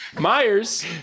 Myers